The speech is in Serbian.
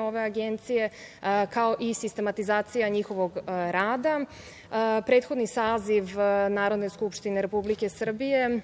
ove Agencije, kao i sistematizacija njihovog rada. Prethodni saziv Narodne skupštine Republike Srbije